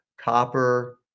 Copper